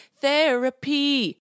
therapy